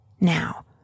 now